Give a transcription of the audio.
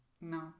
No